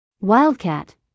Wildcat